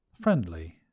friendly